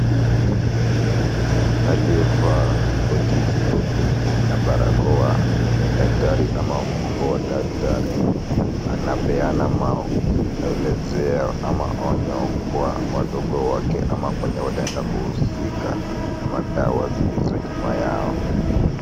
Aliye vaa koti jeupe na barakoa ni daktari ama mkubwa wa daktari anapeana maelezeo ama onyo kwa wadogo wake ama kwenye wataenda kuhusika na madawa zilizo nyuma yao.